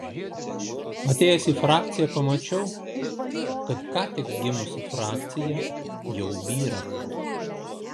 atėjęs į frakciją pamačiau kad ką tik gimusi frakcija jau byra